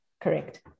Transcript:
correct